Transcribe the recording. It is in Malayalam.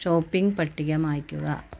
ഷോപ്പിംഗ് പട്ടിക മായ്ക്കുക